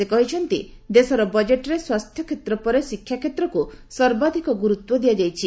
ସେ କହିଛନ୍ତି ଦେଶର ବଜେଟରେ ସ୍ୱାସ୍ଥ୍ୟକ୍ଷେତ୍ର ପରେ ଶିକ୍ଷାକ୍ଷେତ୍ରକୁ ସର୍ବାଧିକ ଗୁରୁତ୍ୱ ଦିଆଯାଇଛି